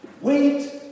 wait